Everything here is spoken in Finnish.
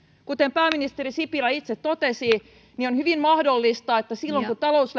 kuten pääministeri sipilä itse totesi on hyvin mahdollista että silloin kun talous